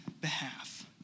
behalf